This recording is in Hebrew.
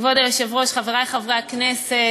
כבוד היושב-ראש, חברי חברי הכנסת,